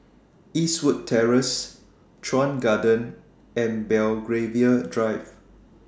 Eastwood Terrace Chuan Garden and Belgravia Drive